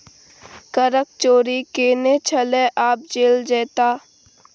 करक चोरि केने छलय आब जेल जेताह